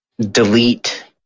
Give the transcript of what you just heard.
delete